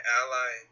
ally